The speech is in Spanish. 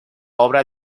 obra